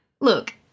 Look